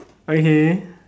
okay